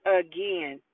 again